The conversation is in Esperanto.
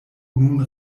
nun